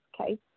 Okay